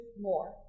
more